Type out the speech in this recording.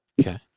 Okay